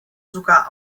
sogar